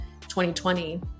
2020